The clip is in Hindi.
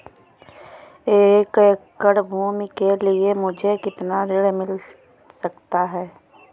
एक एकड़ भूमि के लिए मुझे कितना ऋण मिल सकता है?